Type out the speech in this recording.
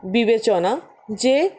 বিবেচনা যে